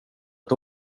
att